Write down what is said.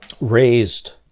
raised